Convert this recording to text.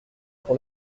pour